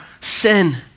sin